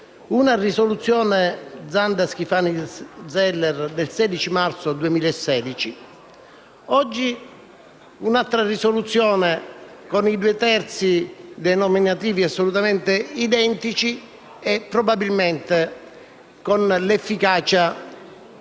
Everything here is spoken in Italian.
una risoluzione Zanda, Schifani, Zeller, del 16 marzo 2016; oggi, un'altra risoluzione con i due terzi dei nominativi assolutamente identici e, probabilmente, con l'efficacia che